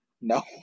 No